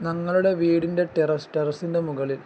ഞങ്ങളുടെ വീടിൻ്റെ ടെറസ് ടെറസ്സിൻ്റെ മുകളിൽ